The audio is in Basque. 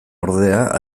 ordea